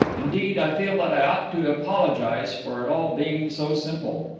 indeed, i feel that i ought to apologize for it all being so simple.